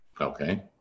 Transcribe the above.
Okay